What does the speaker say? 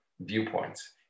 Viewpoints